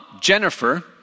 Jennifer